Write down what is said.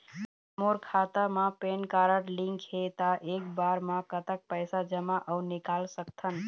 मोर खाता मा PAN card link हे ता एक बार मा कतक पैसा जमा अऊ निकाल सकथन?